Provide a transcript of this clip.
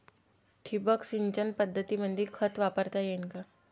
ठिबक सिंचन पद्धतीमंदी खत वापरता येईन का?